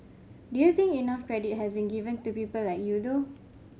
do you think enough credit has been given to people like you though